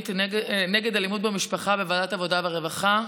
נגד אלימות במשפחה בוועדת העבודה והרווחה.